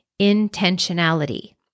intentionality